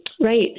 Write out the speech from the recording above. right